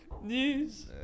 news